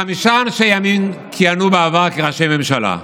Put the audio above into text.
חמישה אנשי ימין כיהנו בעבר כראשי ממשלה.